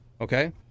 okay